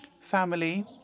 family